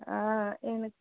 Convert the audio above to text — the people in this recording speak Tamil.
ஆ எனக்கு